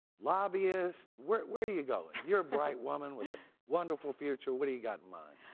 lobbyist, where where are you going? you're a bright woman with a wonderful future, what do you got in mind?